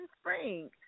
spring